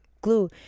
glue